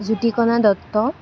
Jyotikana Dutta